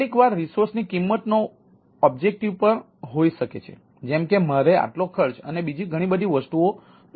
કેટલીક વાર રિસોર્સની કિંમત નો ઉદ્દેશ પર પણ હોઈ શકે છે જેમ કે મારે આટલો ખર્ચ અને બીજી ઘણી બધી વસ્તુઓ પસંદ કરવાની છે